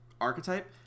archetype